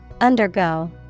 Undergo